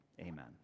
Amen